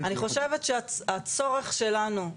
אני חושבת שהצורך שלנו,